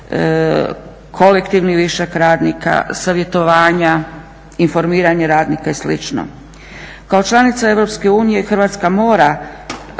kolektivni višak radnik, savjetovanja, informiranje radnika i slično. Kao članica Europske unije Hrvatska mora